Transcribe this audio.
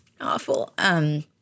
awful